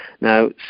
now